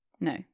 no